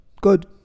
good